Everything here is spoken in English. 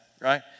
Right